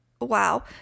Wow